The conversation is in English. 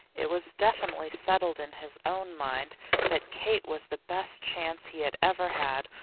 it was definitely settled in his own mind that kate was the best chance he had ever had,